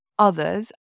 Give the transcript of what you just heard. Others